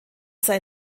sei